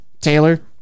Taylor